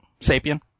Sapien